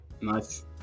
Nice